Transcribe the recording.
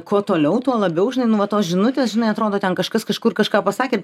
kuo toliau tuo labiau žinai nu va tos žinutės žinai atrodo ten kažkas kažkur kažką pasakė